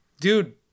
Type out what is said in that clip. dude